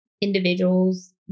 individuals